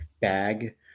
bag